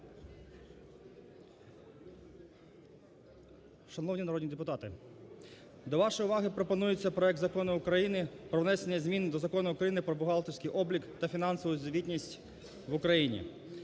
Шановні народні депутати, до вашої уваги пропонується проект Закону України "Про внесення змін до Закону України "Про бухгалтерський облік та фінансову звітність в Україні".